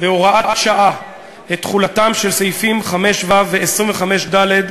בהוראת שעה את תחולתם של סעיפים 5(ו) ו-25(ד)